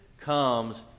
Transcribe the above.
comes